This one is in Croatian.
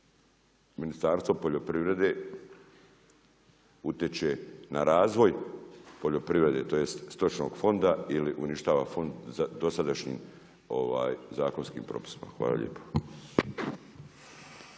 Ministarstvo poljoprivrede utječe na razvoj poljoprivrede tj. stočnog fonda ili uništava fond sa dosadašnjim zakonskim propisima. Hvala lijepo.